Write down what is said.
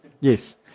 yes